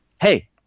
hey –